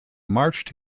marched